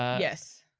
yes.